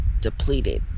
depleted